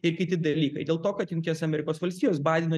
ir kiti dalykai dėl to kad jungtinės amerikos valstijos baideno